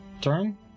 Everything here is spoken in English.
turn